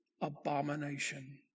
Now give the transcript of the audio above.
abomination